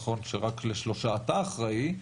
נכון שרק לשלושה אתה אחראי,